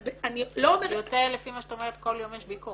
אז אני לא אומרת -- זה יוצא לפי מה שאת אומרת שבכל יום יש ביקורת.